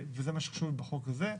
וזה מה שחשוב לי בחוק הזה.